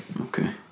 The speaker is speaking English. Okay